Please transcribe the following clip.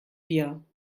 wir